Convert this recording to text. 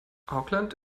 auckland